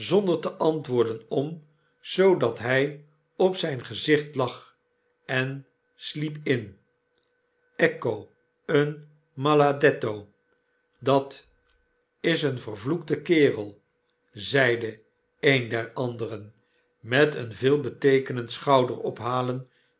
zonder te antwoorden om zoodat hy op zyn gezicht lag en sliep in ecco un maladetto dat is een vervloekte kerel zeide een der anderen met een veelbeteekenend schouderophalen